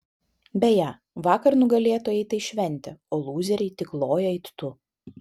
beje vakar nugalėtojai tai šventė o lūzeriai tik loja it tu